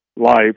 life